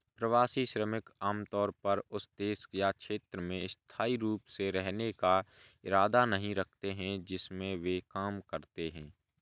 प्रवासी श्रमिक आमतौर पर उस देश या क्षेत्र में स्थायी रूप से रहने का इरादा नहीं रखते हैं जिसमें वे काम करते हैं